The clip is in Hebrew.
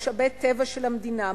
משאבי טבע של המדינה,